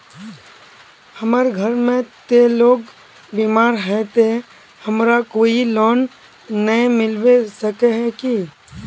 हमर घर में ते लोग बीमार है ते हमरा कोई लोन नय मिलबे सके है की?